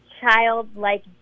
childlike